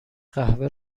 قهوه